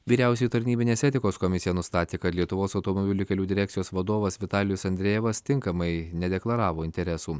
vyriausioji tarnybinės etikos komisija nustatė kad lietuvos automobilių kelių direkcijos vadovas vitalijus andrejevas tinkamai nedeklaravo interesų